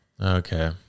Okay